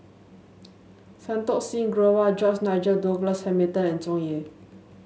Santokh Singh Grewal George Nigel Douglas Hamilton and Tsung Yeh